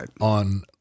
on